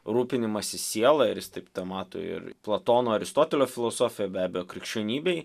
rūpinimasis siela ir jis taip tą mato ir platono aristotelio filosofijo be abejo krikščionybėj